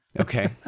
Okay